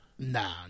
Nah